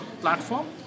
platform